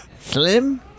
Slim